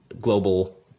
global